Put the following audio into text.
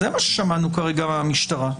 זה מה ששמענו כרגע מהמשטרה.